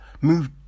Move